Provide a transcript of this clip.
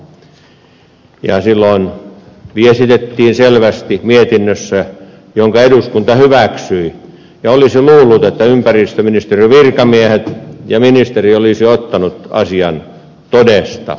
silloin se viestitettiin selvästi mietinnössä jonka eduskunta hyväksyi ja olisi luullut että ympäristöministeriön virkamiehet ja ministeri olisivat ottaneet asian todesta mutta eipä otettu